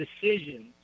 decisions